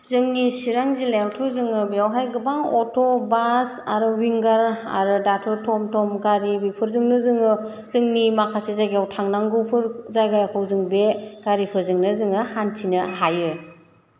जोंनि चिरां जिल्लायावथ' जोङो बेवहाय गोबां अथ' बास आरो उइंगार आरो दाथ' थमथम गारि बेफोरजोंनो जोङो जोंनि माखासे जायगायाव थांनांगौफोर जायगाखौ जों बे गारिफोरजोंनो जोङो हान्थिनो हायो